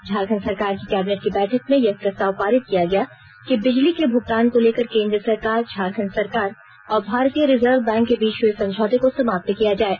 झारखंड सरकार की कैबिनेट की बैठक में यह प्रस्ताव पारित किया गया कि बिजली के भुगतान को लेकर केन्द्र सरकार झारखंड सरकार और भारतीय रिर्जव बैंक के बीच हुए समझौते को समाप्त किया जाये